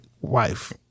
wife